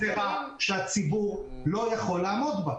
זו גזרה שהציבור לא יכול לעמוד בה.